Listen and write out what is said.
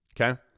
Okay